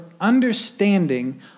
understanding